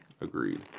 Agreed